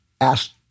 asked